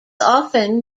often